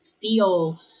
feel